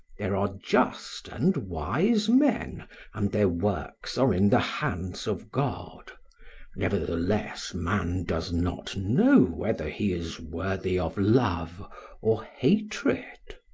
there are just and wise men and their works are in the hands of god nevertheless man does not know whether he is worthy of love or hatred.